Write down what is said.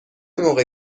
موقع